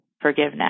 forgiveness